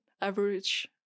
average